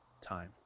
time